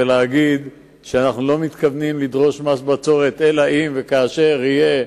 ולהגיד שאנחנו לא מתכוונים לדרוש מס בצורת אלא אם וכאשר יהיה,